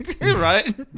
Right